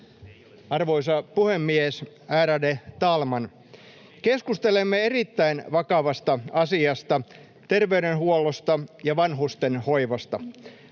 Arvoisa puhemies, ärade talman! Keskustelemme erittäin vakavasta asiasta: terveydenhuollosta ja vanhustenhoivasta.